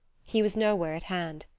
he was nowhere at hand.